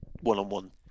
one-on-one